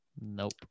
nope